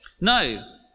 No